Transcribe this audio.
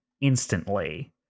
instantly